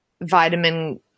vitamin –